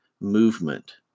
movement